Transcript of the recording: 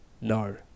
no